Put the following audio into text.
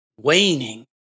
waning